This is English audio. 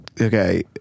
okay